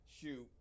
shoot